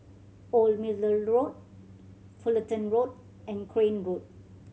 Old Middle Road Fullerton Road and Crane Road